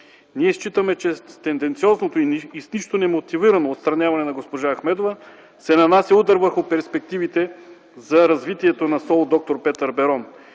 Ние считаме, че с тенденциозното и с нищо немотивирано отстраняване на госпожа Ахмедова се нанася удар върху перспективите за развитието на СОУ „Д-р Петър Берон”.